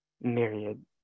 myriad